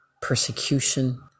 persecution